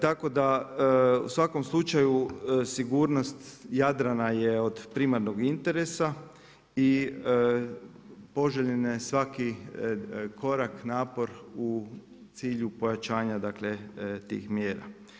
Tako da, u svakom slučaju, sigurnost Jadrana je od primarnog interesa i poželjan je svaki korak, napor u cilju pojačanja tih mjera.